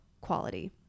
quality